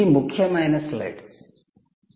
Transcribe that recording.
ఇది ముఖ్యమైన 'స్లైడ్'